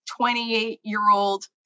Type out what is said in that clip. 28-year-old